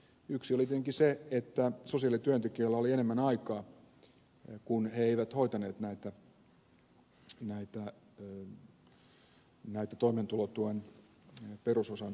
yksi oli tietenkin se että sosiaalityöntekijöillä oli enemmän aikaa kun he eivät hoitaneet näitä toimeentulotuen perusosan maksatuksia